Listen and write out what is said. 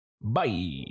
bye